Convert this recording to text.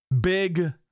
big